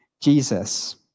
Jesus